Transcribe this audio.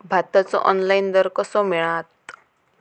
भाताचो ऑनलाइन दर कसो मिळात?